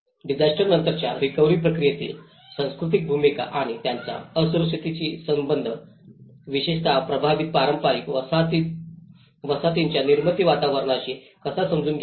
disaster नंतरच्या recovery प्रक्रियेतील संस्कृतीची भूमिका आणि त्याचा असुरक्षिततेशी संबंधित संबंध विशेषत प्रभावित पारंपारिक वसाहतींच्या निर्मित वातावरणाशी कसा समजून घ्यावा